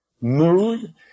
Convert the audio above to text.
mood